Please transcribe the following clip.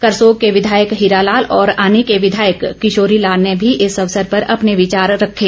करसोग के विधायक हीरालाल और आनी के विधायक किशोरी लाल ने भी इस अवसर पर अपने विचार रखे